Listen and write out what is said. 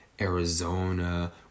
Arizona